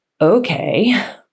Okay